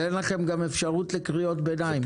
אין לכם אפשרות לקריאות ביניים.